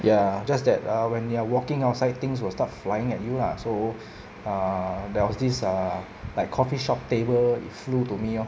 ya just that err when they're walking outside things will start flying at you lah so err there was this err like coffee shop table flew to me lor